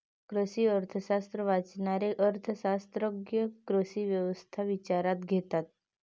कृषी अर्थशास्त्र वाचणारे अर्थ शास्त्रज्ञ कृषी व्यवस्था विचारात घेतात